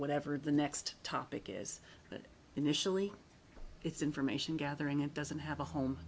whatever the next topic is that initially it's information gathering it doesn't have a home